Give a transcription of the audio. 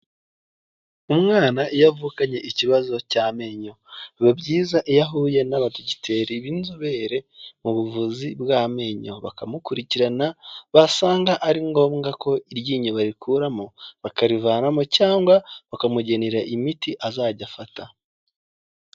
Umwana iyo avukanye ikibazo cy'amenyo, biba byiza iyo ahuye n'abadogiteri b'inzobere mu buvuzi bw'amenyo bakamukurikirana, basanga ari ngombwa ko iryinyo bakuramo bakarivanamo cyangwa bakamugenera imiti azajya afata.